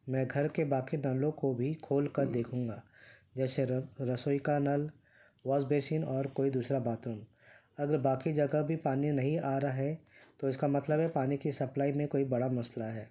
میں گھر کے باقی نلوں کو بھی کھول کر دیکھوں گا جیسے رسوئی کا نل واس بیسن اور کوئی دوسرا باتھروم اگر باقی جگہ بھی پانی نہیں آ رہا ہے تو اس کا مطلب ہے پانی کی سپلائی میں کوئی بڑا مسئلہ ہے